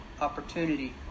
opportunity